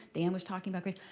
dan was talking about great